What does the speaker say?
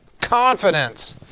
confidence